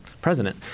president